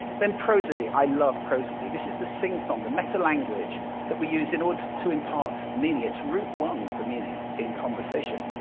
then prosody. i love prosody. this is the sing-song, the meta-language that we use in order to impart meaning. it's root one for meaning in conversation.